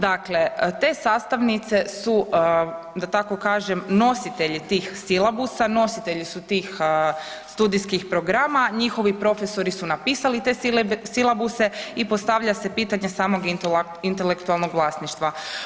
Dakle, te sastavnice su da tako kažem nositelji tih silabusa, nositelji su tih studijskih programa, njihovi profesori su napisali te silabuse i postavlja se pitanje samog intelektualnog vlasništva.